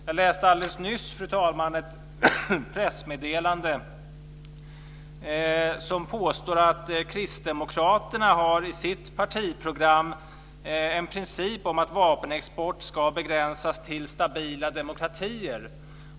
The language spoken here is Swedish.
Jag läste alldeles nyss, fru talman, ett pressmeddelande där det påstås att Kristdemokraterna i sitt partiprogram har en princip om att vapenexport ska begränsas till stabila demokratier.